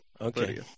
Okay